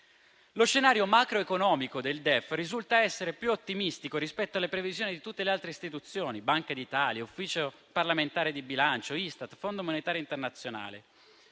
Lo scenario macroeconomico del DEF risulta essere più ottimistico rispetto alle previsioni di tutte le altre istituzioni: Banca d'Italia, Ufficio parlamentare di bilancio, Istat, Fondo monetario internazionale.